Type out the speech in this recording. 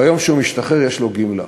ביום שהוא משתחרר יש לו גמלה.